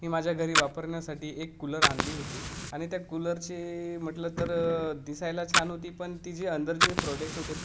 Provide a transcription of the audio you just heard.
मी माझ्या घरी वापरन्यासाठी एक कूलर आणली होती आणि त्या कूलरची म्हटलं तर दिसायला छान होती पण ति जे अंदर जे प्रॉडक्ट होते